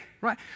right